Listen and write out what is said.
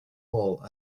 all